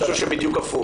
אני חושב שבדיוק הפוך,